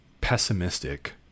pessimistic